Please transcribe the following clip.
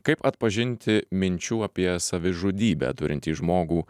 kaip atpažinti minčių apie savižudybę turintį žmogų